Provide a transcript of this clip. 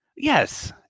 Yes